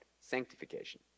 sanctification